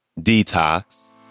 Detox